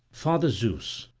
father zeus,